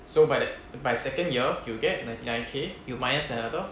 so by the by second year you'll get ninety nine K you minus another